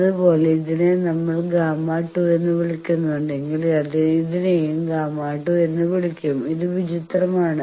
അതുപോലെ ഇതിനെ നമ്മൾ Γ2 എന്ന് വിളിക്കുകയാണെങ്കിൽ ഇതിനെയും Γ2 എന്ന് വിളിക്കും ഇത് വിചിത്രമാണ്